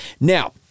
Now